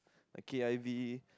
like k_i_v